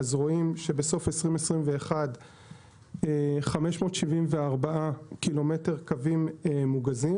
רואים שבסוף 2021 יש 574 ק"מ קווים מוגזים,